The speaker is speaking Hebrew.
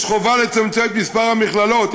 יש חובה לצמצם את מספר המכללות,